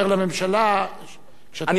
אני רוצה לתמוך בה לשנה שלמה.